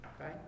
Okay